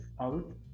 out